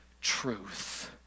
truth